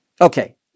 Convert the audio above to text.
Okay